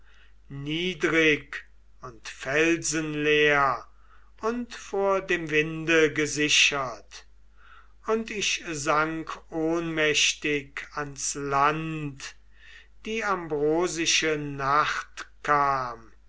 niedrig und felsenleer und vor dem winde gesichert und ich sank ohnmächtig ans land die ambrosische nacht kam